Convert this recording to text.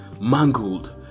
mangled